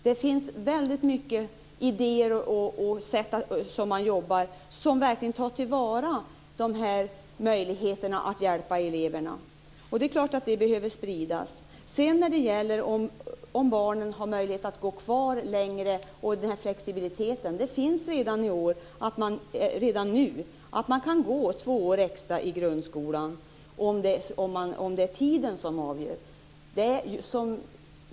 Det finns många idéer och arbetssätt som visar att man verkligen tar till vara möjligheterna att hjälpa eleverna. Det är klart att detta behöver spridas. När det gäller barnens möjligheter att gå i skolan längre och flexibiliteten där kan jag säga att man redan nu har möjlighet att gå två år extra i grundskolan - om nu tiden skulle vara avgörande.